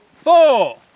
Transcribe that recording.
four